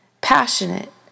Passionate